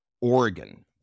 Oregon